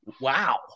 Wow